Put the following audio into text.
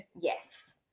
Yes